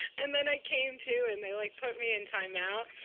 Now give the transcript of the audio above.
and then i came to, and they like put me in time out.